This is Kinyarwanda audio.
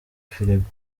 firigo